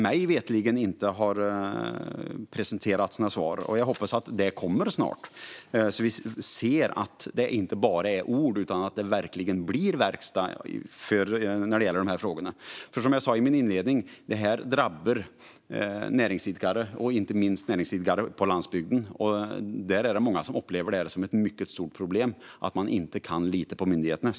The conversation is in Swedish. Mig veterligen har det inte presenterats några svar på det. Jag hoppas att det snart kommer svar så vi ser att detta inte bara är ord utan att det verkligen blir verkstad när det gäller dessa frågor. Som jag sa i min inledning drabbar ju detta näringsidkare, inte minst på landsbygden. Där är det många som upplever det som ett mycket stort problem att man inte kan lita på myndigheterna.